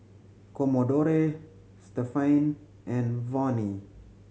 Commodore Stephaine and Vonnie